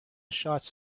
shots